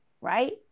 right